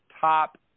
top